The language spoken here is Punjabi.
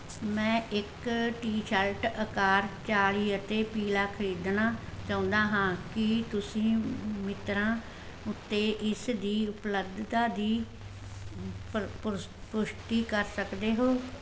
ਮੈਂ ਇੱਕ ਟੀ ਸ਼ਰਟ ਅਕਾਰ ਚਾਲੀ ਅਤੇ ਪੀਲਾ ਖਰੀਦਣਾ ਚਾਹੁੰਦਾ ਹਾਂ ਕੀ ਤੁਸੀਂ ਮਿਤਰਾ ਉੱਤੇ ਇਸ ਦੀ ਉਪਲੱਬਧਤਾ ਦੀ ਪਰ ਪੁਰ ਪੁਸ਼ਟੀ ਕਰ ਸਕਦੇ ਹੋ